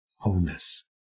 wholeness